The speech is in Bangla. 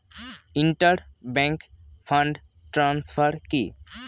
ইন্টার ব্যাংক ফান্ড ট্রান্সফার কি?